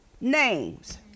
names